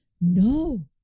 no